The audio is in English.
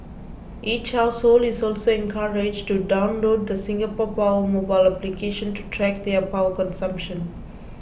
each household is also encouraged to download the Singapore Power mobile application to track their power consumption